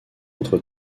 notre